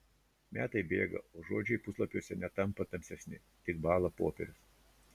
metai bėga o žodžiai puslapiuose netampa tamsesni tik bąla popierius